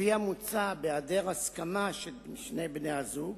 על-פי המוצע, בהעדר הסכמה של שני בני-הזוג,